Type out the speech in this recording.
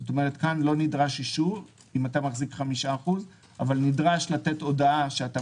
כלומר כאן לא נדרש אישור אם אתה מחזיק 5% אבל נדרש לתת הודעה שאתה